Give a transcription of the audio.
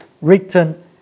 written